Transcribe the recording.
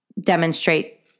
demonstrate